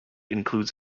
includes